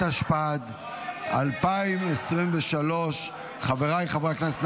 התשפ"ד 2023. חבריי חברי הכנסת,